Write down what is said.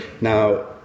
Now